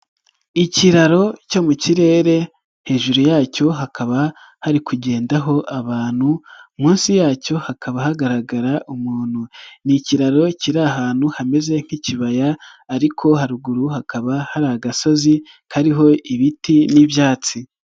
Ikiraro cyo mu kirere hejuru yacyo hakaba hari kugendaho abantu munsi yacyo hakaba hagaragara umuntu, ni ikiraro kiri ahantu hameze nk'ikibaya ariko haruguru hakaba hari agasozi kariho ibiti n'ibyatsi.